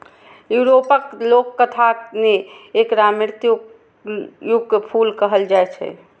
यूरोपक लोककथा मे एकरा मृत्युक फूल कहल जाए छै